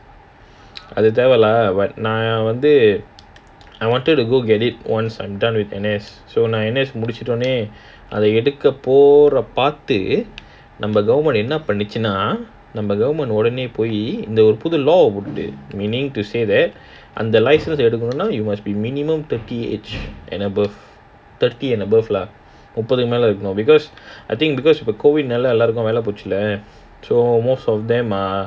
அது தேவெள்ள:athu thewella lah நான் வந்து:naan wanthu I wanted to go get it once I'm done with N_S so முடிச்சி ஒடனே அத எடுக்க போற பாது நம்ம:mudichi odane atha edukka pora paathu namma government என்ன பண்ணிச்சின ஒரு புது::nna pannichina oru puthu law ah போற்றிசை:potrichi meaning to say that அந்த:antha license you must be minimum thirty age and above thirty and above lah முப்பதுக்கு மீறலை இருக்கணும்:muppathukku merala irukkanum because I think because COVID நாலா எல்லாருக்கும் வெள போச்சு ல:naala ellarukkum wela poachu la so most of them are